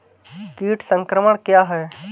कीट संक्रमण क्या है?